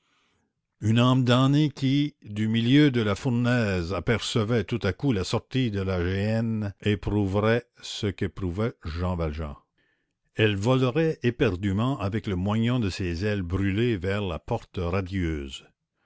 une âme damnée qui du milieu de la fournaise apercevrait tout à coup la sortie de la géhenne éprouverait ce qu'éprouva jean valjean elle volerait éperdument avec le moignon de ses ailes brûlées vers la porte radieuse